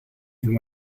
and